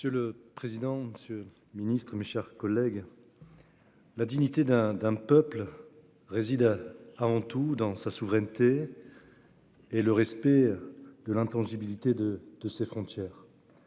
Monsieur le président, monsieur le ministre, mes chers collègues, la dignité d'un peuple réside avant tout dans sa souveraineté et le respect de l'intangibilité de ses frontières.